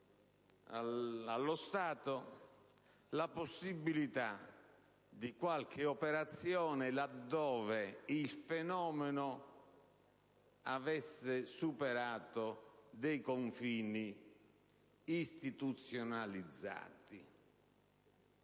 allo Stato la possibilità di qualche operazione laddove il fenomeno avesse superato dei confini istituzionalizzati.